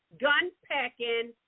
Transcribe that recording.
gun-packing